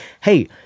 hey